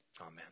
Amen